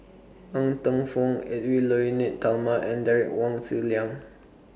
Ng Teng Fong Edwy Lyonet Talma and Derek Wong Zi Liang